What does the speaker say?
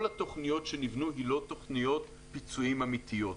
כל התוכניות שנבנו הן לא תוכניות פיצויים אמיתיות.